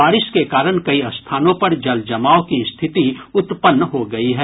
बारिश के कारण कई स्थानों पर जलजमाव की स्थिति उत्पन्न हो गयी है